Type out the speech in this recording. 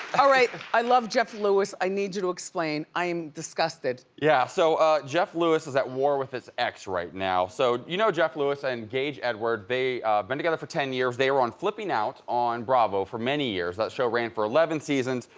all right, i love jeff lewis. i need you to explain, i am disgusted. yeah, so ah jeff lewis is at war with his ex right now. so you know jeff lewis and and gage edward, they've been together for ten years. they were on flipping out on bravo for many years. that show ran for eleven seasons.